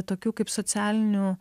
tokių kaip socialinių